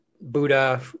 Buddha